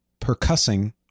percussing